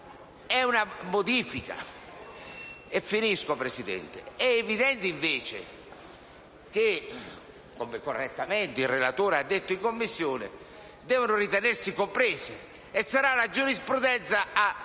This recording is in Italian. è una modifica. È evidente, invece, che, come correttamente il relatore ha detto in Commissione, queste devono ritenersi comprese e sarà la giurisprudenza ad